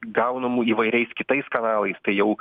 gaunamų įvairiais kitais kanalais tai jau